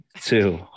two